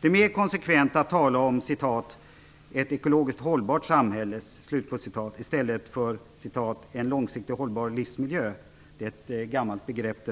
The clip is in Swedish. Det är mera konsekvent att tala om "ett ekologiskt hållbart samhälle" i stället för att tala om "en långsiktigt hållbar livsmiljö" - ett gammalt begrepp.